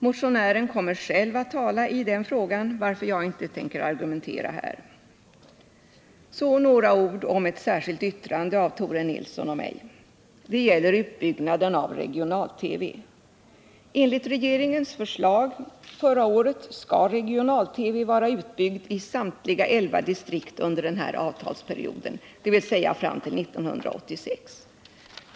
Motionären kommer själv att tala i den frågan, varför jag inte tänker argumentera här. Så några ord om ett särskilt yttrande av Tore Nilsson och mig. Det gäller utbyggnaden av regional-TV. Enligt regeringens förslag förra året skall regional-TV vara utbyggd i samtliga elva distrikt under den här avtalsperioden, dvs. fram till 1986.